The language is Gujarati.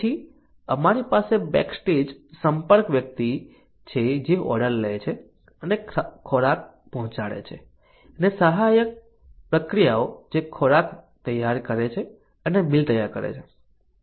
પછી અમારી પાસે બેકસ્ટેજ સંપર્ક વ્યક્તિ છે જે ઓર્ડર લે છે અને ખોરાક પહોંચાડે છે અને સહાય પ્રક્રિયાઓ જે ખોરાક તૈયાર કરે છે અને બિલ તૈયાર કરે છે